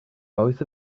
both